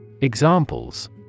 Examples